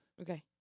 Okay